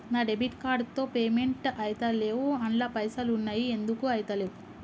నా debit card తో payment ఐతలేవ్ అండ్ల పైసల్ ఉన్నయి ఎందుకు ఐతలేవ్?